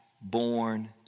born